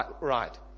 right